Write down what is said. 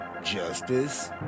justice